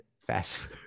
fast